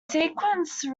sequence